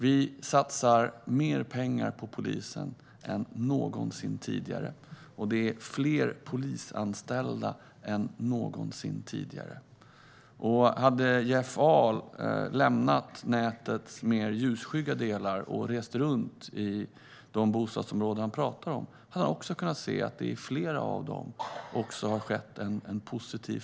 Vi satsar mer pengar på polisen än någonsin tidigare, och det finns fler polisanställda än någonsin tidigare. Hade Jeff Ahl lämnat nätets mer ljusskygga delar och rest runt i de bostadsområden han talar om hade han också kunnat se att det har skett en positiv förändring i flera av dem.